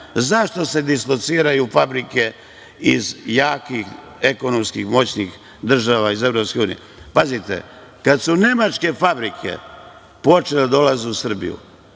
zašto se dislociraju fabrike iz jakih ekonomskih moćnih država, iz EU.Pazite, kada su nemačke fabrike počele da dolaze u Srbiju,